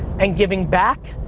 and giving back,